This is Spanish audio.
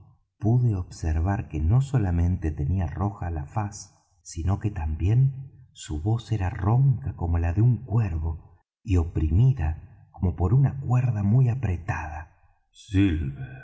pude observar que no solamente tenía roja la faz sino que también su voz era ronca como la de un cuervo y oprimida como por una cuerda muy apretada